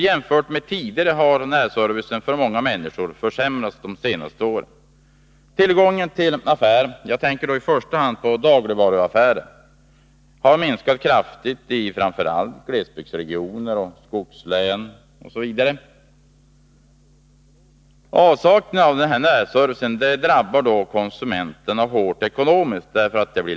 Jämfört med tidigare har närservicen för många människor försämrats de senaste åren. Tillgången till affärer — jag tänker då i första hand på dagligvaruaffärerna — har minskat kraftigt i framför allt glesbygdsregionerna, skogslänen osv. Och avsaknaden av närservice drabbar konsumenterna hårt ekonomiskt.